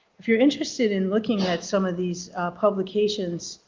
if you're interested in looking at some of these publications,